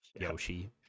Yoshi